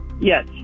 Yes